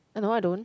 uh no I don't